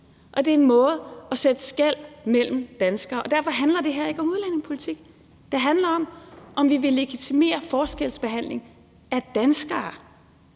og det er en måde at sætte et skel op mellem danskere. Derfor handler det her ikke om udlændingepolitik. Det handler om, om vi vil legitimere forskelsbehandling af danskere,